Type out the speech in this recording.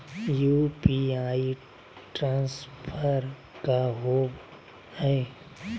UPI transfer का होव हई?